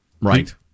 right